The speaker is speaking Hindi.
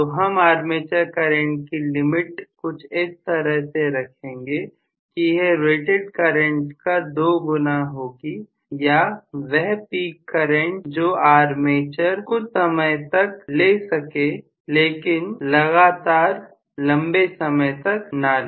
तो हम आर्मेचर करंट की लिमिट कुछ इस तरह से रखेंगे कि यह रेटेड करंट का 2 गुना होगी या वह पीक करंट जो आर्मेचर लगातार ना ले लेकिन कुछ समय के लिए ले सकता है